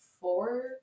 four